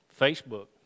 Facebook